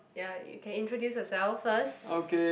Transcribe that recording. ya you can introduce yourself first